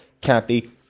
Kathy